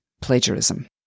plagiarism